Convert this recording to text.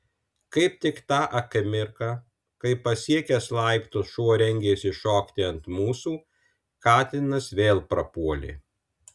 kaip tik tą akimirką kai pasiekęs laiptus šuo rengėsi šokti ant mūsų katinas vėl prapuolė